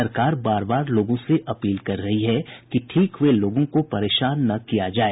सरकार बार बार लोगों से अपील कर रही है कि ठीक हए लोगों को परेशान न किया जाए